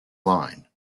line